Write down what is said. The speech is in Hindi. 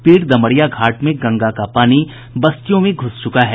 पीर दमरिया घाट में गंगा का पानी बस्तियों में घुस चुका है